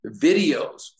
videos